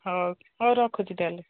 ହଉ ହଉ ରଖୁଛି ତା'ହେଲେ